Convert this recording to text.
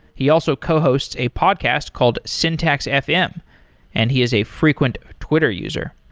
he also cohost a podcast called syntax fm and he is a frequent twitter user.